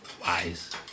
wise